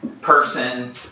person